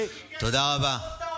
בקולו,